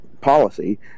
policy